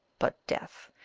but death,